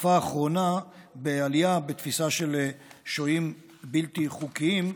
בתקופה האחרונה בעלייה בתפיסה של שוהים בלתי חוקיים.